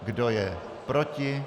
Kdo je proti?